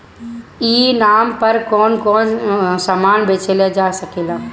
ई नाम पर कौन कौन समान बेचल जा सकेला?